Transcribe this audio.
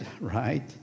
right